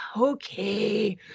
okay